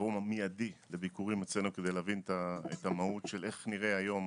בפורום המידי בביקורים אצלנו כדי להבין את המהות של איך נראה היום.